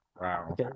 Wow